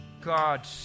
God